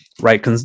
right